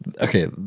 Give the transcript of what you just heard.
Okay